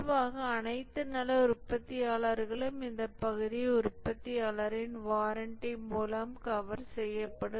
பொதுவாக அனைத்து நல்ல உற்பத்தியாளர்களும் இந்த பகுதியை உற்பத்தியாளரின் வாரண்டி மூலம் கவர் செய்யப்படும்